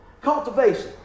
Cultivation